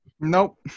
Nope